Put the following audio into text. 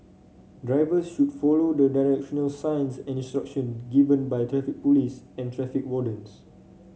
drivers should follow the directional signs and instruction given by the Traffic Police and traffic wardens